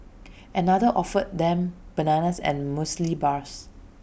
another offered them bananas and Muesli Bars